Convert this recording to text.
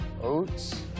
oats